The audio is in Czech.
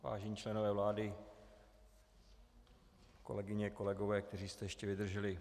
Vážení členové vlády, kolegyně, kolegové, kteří jste ještě vydrželi.